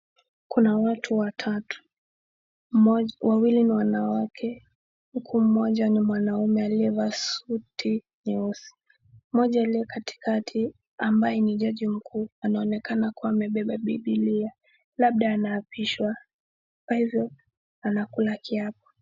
Kuna watu watatu, wawili ni wanawake uku mmoja ni mwanaume aliyevalia suti nyeusi. Mmoja aliyekatikati ambaye ni jaji mkuu anaonekana kuwa amebeba bibilia labda anaapishwa kwa hivyo anakula kiapo.